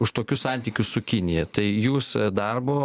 už tokius santykius su kinija tai jūs darbo